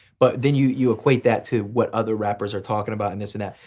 but then you you equate that to what other rappers are talking about and this and that.